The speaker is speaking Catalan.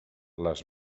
les